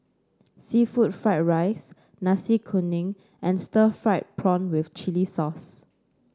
seafood Fried Rice Nasi Kuning and Stir Fried Prawn with Chili Sauce